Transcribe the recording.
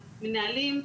המנהלים,